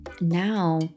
now